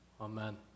Amen